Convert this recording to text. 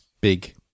big